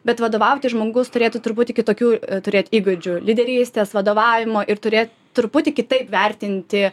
bet vadovauti žmogus turėtų truputį kitokių turėt įgūdžių lyderystės vadovavimo ir turė truputį kitaip vertinti